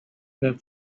that